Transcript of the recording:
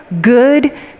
good